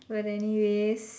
but anyways